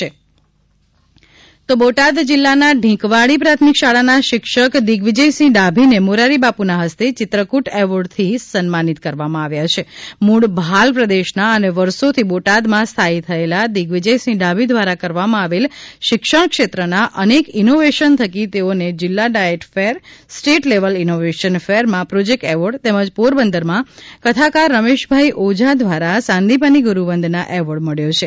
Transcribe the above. Chitrakoot award Botad જિલ્લાના ઢીંક વાળી પ્રાથમિક શાળાના શિક્ષક દિગ્વિજયસિંહ ડાભીને મોરારિબાપુના હસ્તે ચિત્રફ્રટ એવોર્ડથી સન્માનિત કરવામાં આવ્યા છે મૂળ ભાલ પ્રદેશના અને વરસો થી બોટાદમાં સ્થાથી થયેલા દિગ્વિજયસિંહ ડાભી દ્વારા કરવામાં આવેલ શિક્ષણ ક્ષેત્રના અનેક ઇનોવેશન થકી તેવો ને જિલ્લા DIET fair state level innovation ફેરમાં પ્રોજેક્ટ એવોર્ડ તેમજ પોરબંદરમાં કથાકાર રમેશભાઈ ઓઝા દ્વારા સાંદિપની ગુડુવંદના એવોર્ડ મળ્યો છે